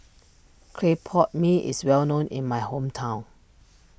Clay Pot Mee is well known in my hometown